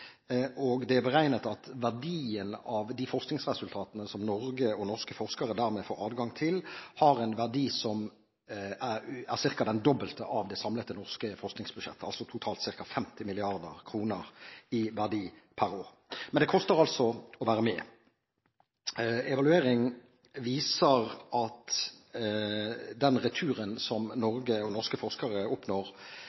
og det er beregnet at verdien av de forskningsresultatene som Norge og norske forskere dermed får adgang til, har en verdi som er ca. det dobbelte av det samlede norske forskningsbudsjettet, altså totalt ca. 50 mrd. kr i verdi per år. Men det koster altså å være med. En evaluering viser at den returen som